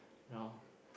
you know